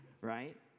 Right